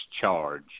charge